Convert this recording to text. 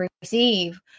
receive